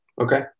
Okay